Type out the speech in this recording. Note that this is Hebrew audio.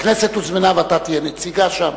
הכנסת הוזמנה, ואתה תהיה נציגה שם.